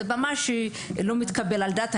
זה לא מתקבל על הדעת,